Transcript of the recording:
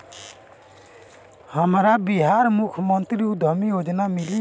हमरा बिहार मुख्यमंत्री उद्यमी योजना मिली?